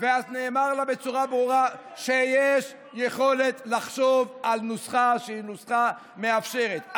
ונאמר לה בצורה ברורה שיש יכולת לחשוב על נוסחה שהיא נוסחה מאפשרת,